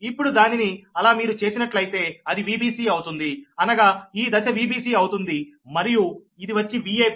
ఇప్పుడు దానిని అలా మీరు చేసినట్లయితే అది Vbc అవుతుంది అనగా ఈ దశ Vbc అవుతుంది మరియు ఇది వచ్చి Vab